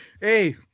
Hey